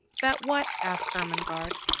that what? asked ermengarde.